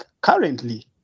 currently